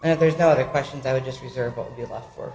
and there's no other questions i would just reserve